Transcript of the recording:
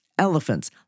elephants